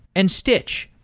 and stitch.